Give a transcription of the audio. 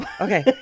Okay